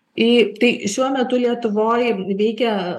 į tai šiuo metu lietuvoj veikia